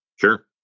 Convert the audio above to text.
Sure